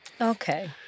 Okay